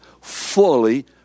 fully